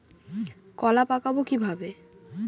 কলা পাকাবো কিভাবে?